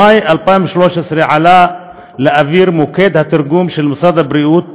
במאי 2013 עלה לאוויר מוקד התרגום של משרד הבריאות,